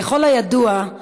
ככל הידוע,